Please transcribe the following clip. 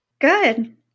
good